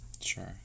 Sure